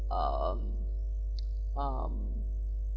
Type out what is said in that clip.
um um